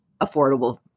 affordable